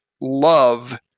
love –